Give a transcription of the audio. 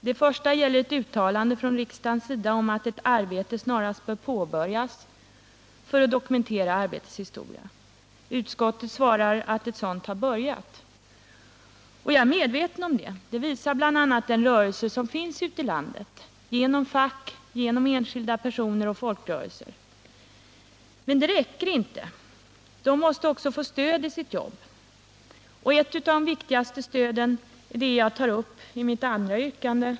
Det första gäller ett uttalande från riksdagens sida om att ett arbete snarast bör påbörjas för att dokumentera arbetets historia. Utskottet svarar att ett sådant har börjat. Jag är medveten om det — det visar bl.a. den rörelse som finns ute i landet genom fack, enskilda personer och folkrörelser. Men det räcker inte. De måste också få stöd i sitt jobb, och ett av de viktigaste stöden är det jag tar upp i mitt andra yrkande.